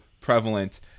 prevalent